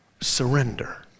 surrender